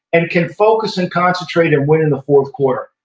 and can focus and concentrate and win in the fourth quarter,